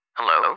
Hello